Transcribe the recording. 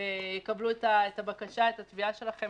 יקבלו את התביעה שלכם.